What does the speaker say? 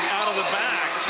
out of the back.